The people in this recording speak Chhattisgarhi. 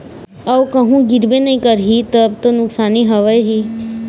अऊ कहूँ गिरबे नइ करही तब तो नुकसानी हवय ही